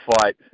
fight